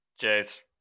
Cheers